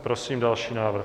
Prosím další návrh.